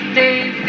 days